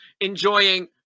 enjoying